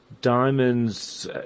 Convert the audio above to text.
diamonds